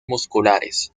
musculares